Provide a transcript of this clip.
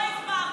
לא הסברת,